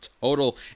total